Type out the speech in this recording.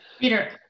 Peter